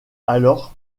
alors